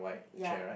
ya